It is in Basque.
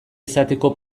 izateko